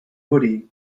hoodie